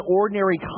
ordinary